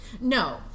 No